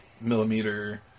millimeter